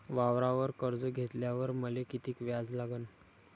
वावरावर कर्ज घेतल्यावर मले कितीक व्याज लागन?